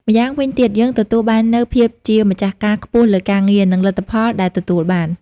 ម្យ៉ាងវិញទៀត យើងទទួលបាននូវភាពជាម្ចាស់ការខ្ពស់លើការងារ និងលទ្ធផលដែលទទួលបាន។